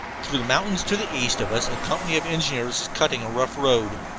through the mountains to the east of us a company of engineers is cutting a rough road.